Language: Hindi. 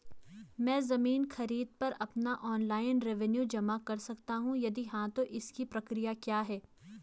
मैं ज़मीन खरीद पर अपना ऑनलाइन रेवन्यू जमा कर सकता हूँ यदि हाँ तो इसकी प्रक्रिया क्या है?